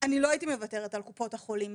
אני לא הייתי מוותרת על קופות החולים.